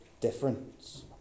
difference